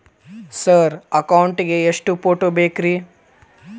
Sir account ಗೇ ಎಷ್ಟು photo ಬೇಕ್ರಿ?